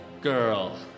girl